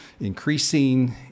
increasing